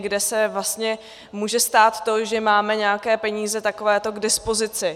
Kde se vlastně může stát to, že máme nějaké peníze takovéto k dispozici.